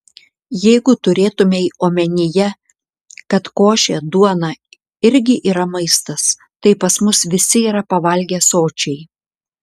jeigu turėtumei omenyje kad košė duona irgi yra maistas tai pas mus visi yra pavalgę sočiai